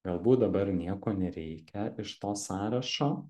galbūt dabar nieko nereikia iš to sąrašo